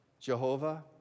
Jehovah